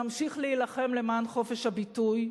נמשיך להילחם למען חופש הביטוי.